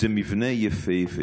זה מבנה יפהפה